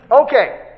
Okay